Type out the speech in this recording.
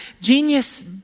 genius